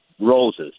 roses